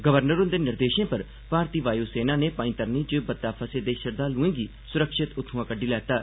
governor हुंदे निर्देशों पर भारती वायु सेना नै पंजतरणी च बत्त फसे दे श्रद्वालुएं गी सुरक्षित उत्थुआं कड्डी लैता हा